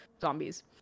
zombies